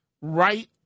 right